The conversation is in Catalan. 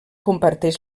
comparteix